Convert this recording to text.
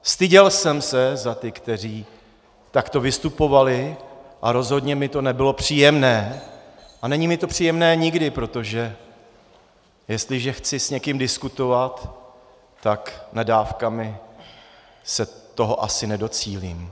Styděl jsem se za ty, kteří takto vystupovali, a rozhodně mi to nebylo příjemné a není mi to příjemné nikdy, protože jestliže chci s někým diskutovat, tak nadávkami se toho asi nedocílí.